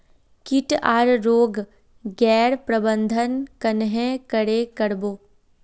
किट आर रोग गैर प्रबंधन कन्हे करे कर बो?